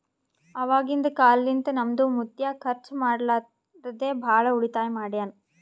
ಅವಾಗಿಂದ ಕಾಲ್ನಿಂತ ನಮ್ದು ಮುತ್ಯಾ ಖರ್ಚ ಮಾಡ್ಲಾರದೆ ಭಾಳ ಉಳಿತಾಯ ಮಾಡ್ಯಾನ್